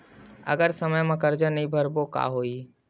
अगर समय मा कर्जा नहीं भरबों का होई?